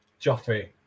Joffrey